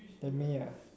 then me ah